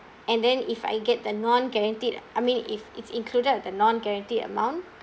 and then if I get the non-guaranteed I mean if it's included the non-guaranteed amount